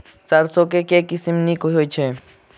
सैरसो केँ के किसिम नीक होइ छै?